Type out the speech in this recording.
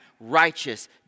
righteous